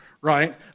right